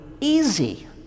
easy